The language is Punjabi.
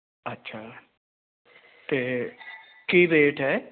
ਅੱਛਾ ਤੇ ਕੀ ਰੇਟ ਹੈ